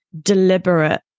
deliberate